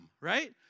Right